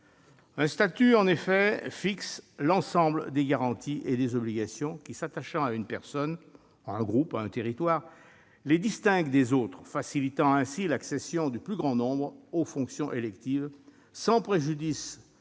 Un statut, en effet, fixe l'ensemble des garanties et des obligations qui, s'attachant à une personne, à un groupe, à un territoire, les distingue des autres, facilitant ainsi l'accession du plus grand nombre aux fonctions électives, sans préjudice